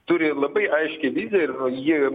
turi labai aiškią viziją ir ji